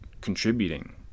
contributing